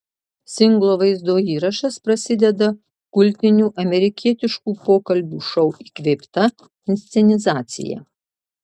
singlo vaizdo įrašas prasideda kultinių amerikietiškų pokalbių šou įkvėpta inscenizacija